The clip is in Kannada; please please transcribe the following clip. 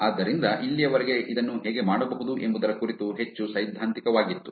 ಆದ್ದರಿಂದ ಇಲ್ಲಿಯವರೆಗೆ ಇದನ್ನು ಹೇಗೆ ಮಾಡಬಹುದು ಎಂಬುದರ ಕುರಿತು ಹೆಚ್ಚು ಸೈದ್ಧಾಂತಿಕವಾಗಿತ್ತು